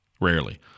rarely